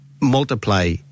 multiply